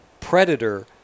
predator